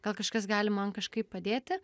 gal kažkas gali man kažkaip padėti